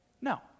no